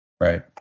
Right